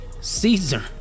Caesar